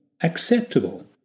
acceptable